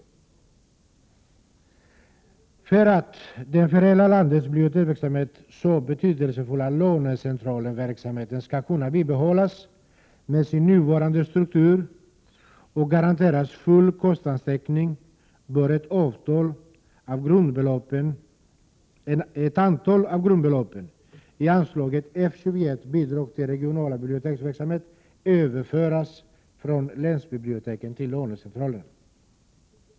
För att den för hela landets biblioteksverksamhet så betydelsefulla lånecentralsverksamheten skall kunna bibehållas med sin nuvarande struktur och garanteras full kostnadstäckning bör ett antal av grundbeloppen i anslaget F 21 Bidrag till regional biblioteksverksamhet överföras från länsbiblioteken till lånecentralerna.